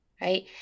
right